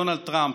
דונלד טראמפ,